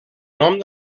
nom